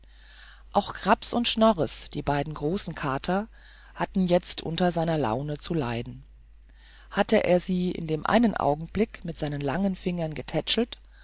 auch graps und schnores die beiden großen kater hatten jetzt unter seiner laune zu leiden hatte er sie in dem einen augenblick mit seinen langen fingern getätschelt